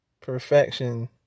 perfection